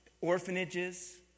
orphanages